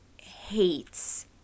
hates